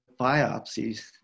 biopsies